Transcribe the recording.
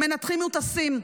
מנתחים מוטסים,